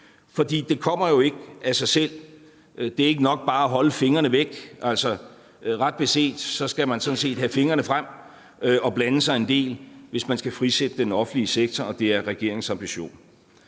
for det kommer jo ikke af sig selv. Det er ikke nok bare at holde fingrene væk. Altså, ret beset skal man sådan set have fingrene frem og blande sig en del, hvis man skal frisætte den offentlige sektor, og det er regeringens ambition.